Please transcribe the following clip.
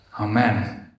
Amen